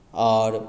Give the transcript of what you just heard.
आओर